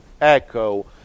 echo